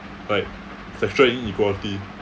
like sexual inequality